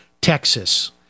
Texas